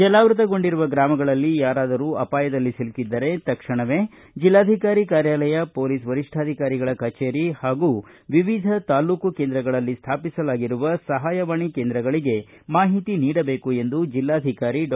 ಜಲಾವೃತಗೊಂಡಿರುವ ಗ್ರಾಮಗಳಲ್ಲಿ ಯಾರಾದರೂ ಅಪಾಯದಲ್ಲಿ ಸಿಲುಕಿದ್ದರೆ ತಕ್ಷಣವೇ ಜಿಲ್ಲಾಧಿಕಾರಿ ಕಾರ್ಯಾಲಯ ಪೊಲೀಸ್ ವರಿಷ್ಠಾಧಿಕಾರಿಗಳ ಕಚೇರಿ ಹಾಗೂ ವಿವಿಧ ತಾಲ್ಲೂಕು ಕೇಂದ್ರಗಳಲ್ಲಿ ಸ್ಥಾಪಿಸಲಾಗಿರುವ ಸಹಾಯವಾಣಿ ಕೇಂದ್ರಗಳಿಗೆ ಮಾಹಿತಿ ನೀಡಬೇಕು ಎಂದು ಜಿಲ್ಲಾಧಿಕಾರಿ ಡಾ